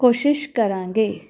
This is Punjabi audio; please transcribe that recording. ਕੋਸ਼ਿਸ਼ ਕਰਾਂਗੇ